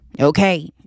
Okay